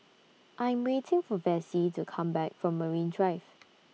I Am waiting For Vessie to Come Back from Marine Drive